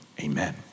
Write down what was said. amen